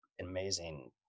amazing